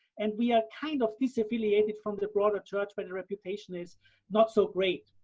and we are kind of disaffiliated from the broader church. but the reputation is not so great.